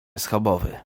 schabowy